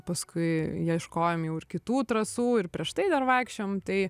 paskui ieškojom jau ir kitų trasų ir prieš tai dar vaikščiojom tai